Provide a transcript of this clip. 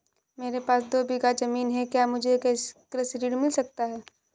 मेरे पास दो बीघा ज़मीन है क्या मुझे कृषि ऋण मिल सकता है?